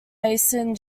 mason